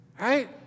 Right